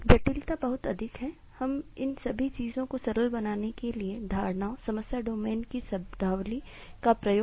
जटिलता बहुत अधिक है हम इन सभी चीजों को सरल बनाने के लिए धारणाओं समस्या डोमेन की शब्दावली का उपयोग कर रहे हैं